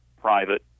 private